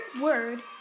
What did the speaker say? word